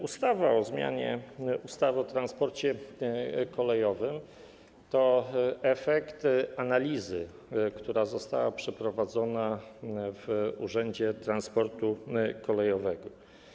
Ustawa o zmianie ustawy o transporcie kolejowym to efekt analizy, która została przeprowadzona w Urzędzie Transportu Kolejowego.